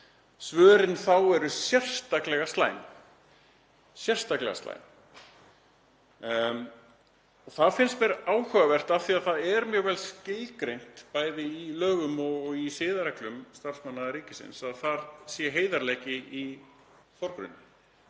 Svörin þá eru sérstaklega slæm. Það finnst mér áhugavert af því að það er mjög vel skilgreint bæði í lögum og í siðareglum starfsmanna ríkisins að þar sé heiðarleiki í forgrunni.